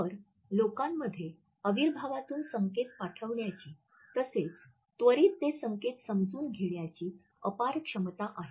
तर लोकांमध्ये अविर्भावातून संकेत पाठविण्याची तसेच त्वरित ते संकेत समजून घेण्याची अपार क्षमता आहे